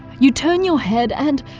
you turn your head and,